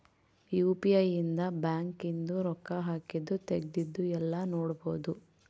UPI ಇಂದ bank ಇಂದು ರೊಕ್ಕ ಹಾಕಿದ್ದು ತೆಗ್ದಿದ್ದು ಯೆಲ್ಲ ನೋಡ್ಬೊಡು